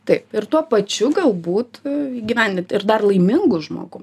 taip ir tuo pačiu galbūt įgyvendinti ir dar laimingu žmogum